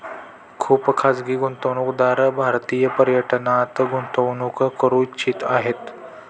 खुप खाजगी गुंतवणूकदार भारतीय पर्यटनात गुंतवणूक करू इच्छित आहे